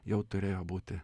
jau turėjo būti